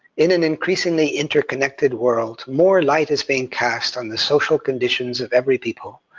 in an increasingly interconnected world, more light is being cast on the social conditions of every people,